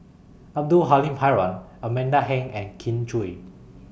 Abdul Halim Haron Amanda Heng and Kin Chui